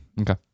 Okay